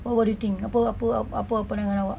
what do you think apa apa apa pandangan awak